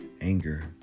anger